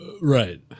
Right